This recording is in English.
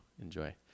enjoy